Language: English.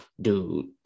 dude